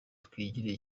twigirire